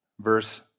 Verse